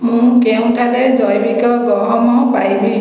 ମୁଁ କେଉଁଠାରେ ଜୈବିକ ଗହମ ପାଇବି